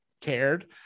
cared